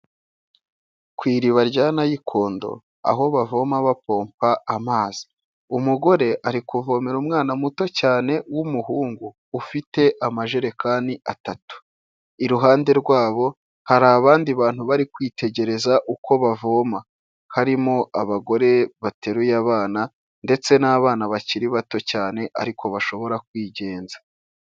Ku iriba rya nayikondo aho bavoma bapompa amazi, umugore ari kuvomera umwana muto cyane w'umuhungu, ufite amajerekani atatu, iruhande rwabo, hari abandi bantu bari kwitegereza uko bavoma, harimo abagore bateruye abana ndetse n'abana bakiri bato cyane ariko bashobora kwigenza.